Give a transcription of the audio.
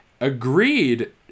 agreed